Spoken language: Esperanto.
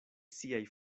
siaj